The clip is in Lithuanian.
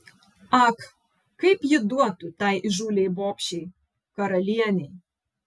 ak kaip ji duotų tai įžūliai bobšei karalienei